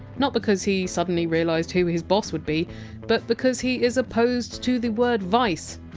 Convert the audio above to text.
not because he suddenly realised who his boss would be but because he is opposed to the word! vice!